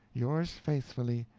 yours faithfully,